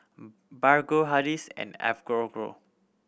Bargo Hardy's and Enfagrow